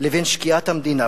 לבין שקיעת המדינה.